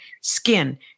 Skin